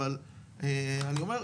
אבל אני אומר,